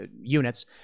units